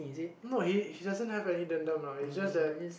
no he he doesn't have any dendam lah it's just that